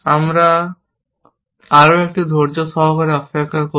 আমরা আরও একটু ধৈর্য্য সহকারে অপেক্ষা করব